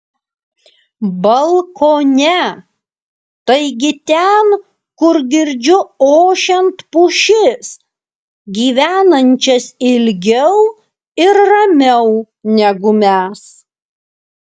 balkone taigi ten kur girdžiu ošiant pušis gyvenančias ilgiau ir ramiau negu mes